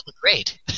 great